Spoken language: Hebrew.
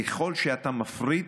ככל שאתה מפריט,